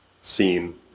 scene